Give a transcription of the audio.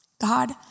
God